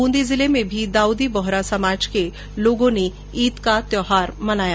बूंदी जिले में भी दाउदी बोहरा समाज के लोग ईद का त्यौहार मनाया